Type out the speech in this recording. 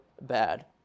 bad